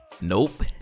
Nope